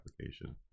application